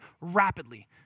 rapidly